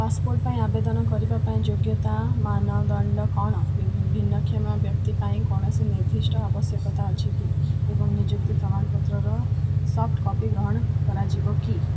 passport ପାଇଁ ଆବେଦନ କରିବା ପାଇଁ ଯୋଗ୍ୟତା ମାନଦଣ୍ଡ କ'ଣ ଭିନ୍ନକ୍ଷମ ବ୍ୟକ୍ତି ପାଇଁ କୌଣସି ନିର୍ଦ୍ଦିଷ୍ଟ ଆବଶ୍ୟକତା ଅଛି କି ଏବଂ ନିଯୁକ୍ତି ପ୍ରମାଣପତ୍ରର ସଫ୍ଟ କପି ଗ୍ରହଣ କରାଯିବ କି